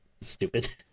stupid